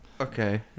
Okay